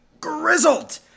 Grizzled